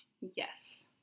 Yes